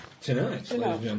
tonight